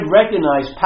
recognize